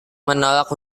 menolak